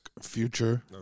Future